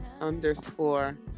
underscore